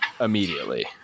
immediately